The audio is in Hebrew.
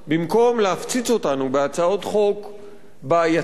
במקום להפציץ אותנו בהצעות חוק בעייתיות,